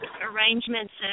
arrangements